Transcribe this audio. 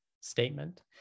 statement